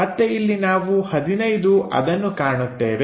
ಮತ್ತೆ ಇಲ್ಲಿ ನಾವು 15 ಅದನ್ನು ಕಾಣುತ್ತೇವೆ